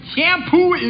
Shampoo